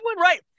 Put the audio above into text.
right